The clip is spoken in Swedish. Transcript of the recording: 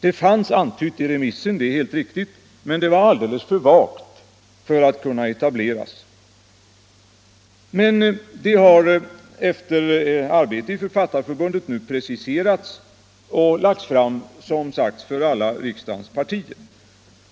Det fanns antytt i remissen — det är helt riktigt — men det var alldeles för vagt för att kunna etableras. Det har emellertid efter arbete i Författarförbundet nu preciserats och lagts fram, som här sagts, för alla riksdagens partier.